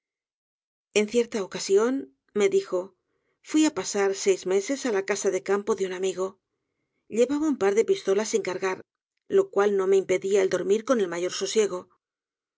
en cierta ocasión me dijo fui á pasar seis meses á la casa de campo de un amigo llevaba un par de pistolas sin cargar lo cual no me impedia el dormir con el mayor sosiego